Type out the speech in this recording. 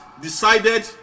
decided